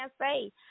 say